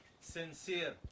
Sincere